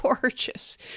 gorgeous